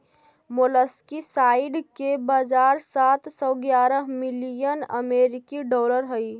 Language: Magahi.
मोलस्कीसाइड के बाजार सात सौ ग्यारह मिलियन अमेरिकी डॉलर हई